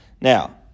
Now